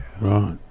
right